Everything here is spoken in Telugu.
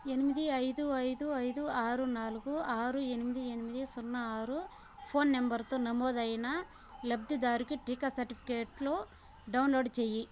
ఎనిమిది ఐదు ఐదు ఐదు ఆరు నాలుగు ఆరు ఎనిమిది ఎనిమిది సున్నా ఆరు ఫోన్ నెంబర్తో నమోదు అయిన లబ్ధిదారుకి టీకా సర్టిఫికేట్లు డౌన్లోడ్ చేయి